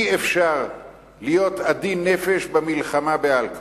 אי-אפשר להיות עדין נפש במלחמה באלכוהול.